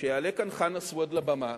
שיעלה כאן חנא סוייד לבמה